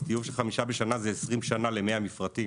טיוב של חמישה בשנה זה 20 שנה למאה מפרטים.